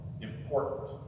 important